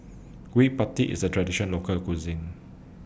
Gudeg Putih IS A Traditional Local Cuisine